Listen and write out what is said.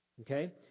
okay